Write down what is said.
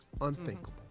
unthinkable